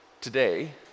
today